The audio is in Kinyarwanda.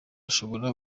ashobora